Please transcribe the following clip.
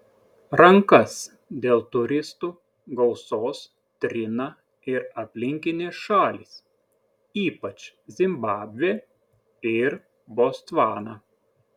rankas dėl turistų gausos trina ir aplinkinės šalys ypač zimbabvė ir botsvana